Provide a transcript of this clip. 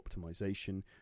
optimization